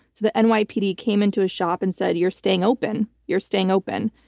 the and nypd came into his shop and said, you're staying open. you're staying open.